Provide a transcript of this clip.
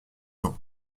ans